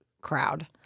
crowd